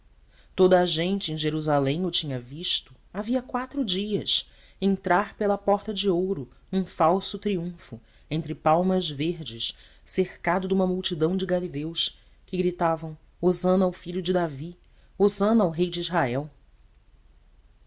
toda a gente em jerusalém o tinha visto havia quatro dias entrar pela porta de ouro num falso triunfo entre palmas verdes cercado de uma multidão de galileus que gritavam hosana ao filho de davi hosana ao rei de israel